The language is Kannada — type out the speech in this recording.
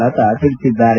ಲತಾ ತಿಳಿಬಿದ್ದಾರೆ